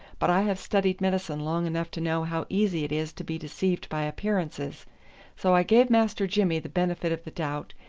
but i have studied medicine long enough to know how easy it is to be deceived by appearances so i gave master jimmy the benefit of the doubt,